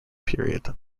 period